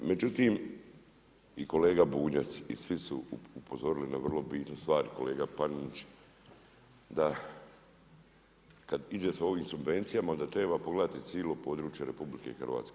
Međutim i kolega Bunjac i svi su upozorili na vrlo bitnu stvar i kolega Panenić da kada se ide s ovim subvencijama onda treba pogledati cijelo područje RH.